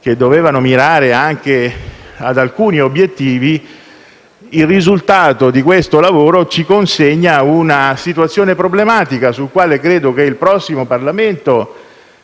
che dovevano mirare anche ad alcuni obiettivi; il risultato di questo lavoro ci consegna una situazione problematica, sulla quale credo che il prossimo Parlamento